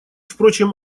впрочем